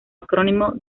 acrónimo